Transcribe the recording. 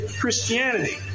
Christianity